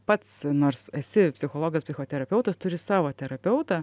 pats nors esi psichologas psichoterapeutas turi savo terapeutą